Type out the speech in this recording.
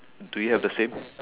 do you have the same